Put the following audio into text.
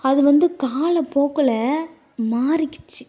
அது வந்து காலப்போக்கில் மாறிக்கிச்சு